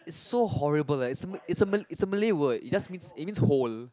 is so horrible eh it's a m~ it's a m~ it's a Malay word it just means it means hole